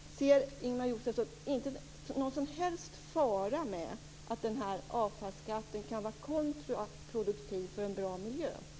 Ser Ingemar Josefsson någon som helst fara med att avfallsskatten kan vara kontraproduktiv för en bra miljö?